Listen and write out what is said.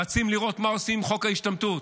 רצים לראות מה עושים עם חוק ההשתמטות.